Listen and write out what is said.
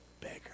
beggar